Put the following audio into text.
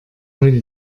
heute